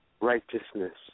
righteousness